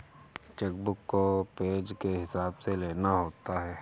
check book को page के हिसाब से लेना होता है